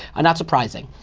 and that's surprising.